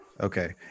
Okay